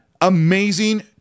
amazing